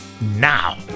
now